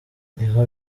niho